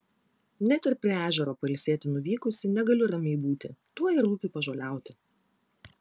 net ir prie ežero pailsėti nuvykusi negaliu ramiai būti tuoj rūpi pažoliauti